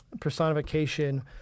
personification